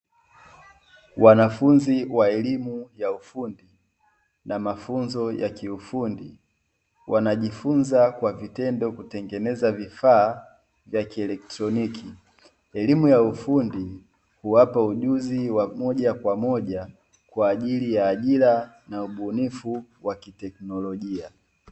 Wanafunzi wa elimu ya ufundi na mafunzo ya kiufundi, wanajifunza kwa vitendo kutengeneza vifaa vya kielektroniki. Elimu ya ufundi huwapa ujuzi wa moja kwa moja, kwa ajili ya ajira na ubunifu wa kiteknolojia.